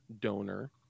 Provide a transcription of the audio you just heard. donor